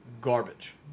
garbage